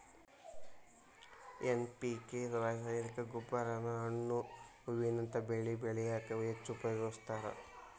NPK ರಾಸಾಯನಿಕ ಗೊಬ್ಬರಾನ ಹಣ್ಣು ಹೂವಿನಂತ ಬೆಳಿ ಬೆಳ್ಯಾಕ ಹೆಚ್ಚ್ ಉಪಯೋಗಸ್ತಾರ